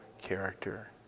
character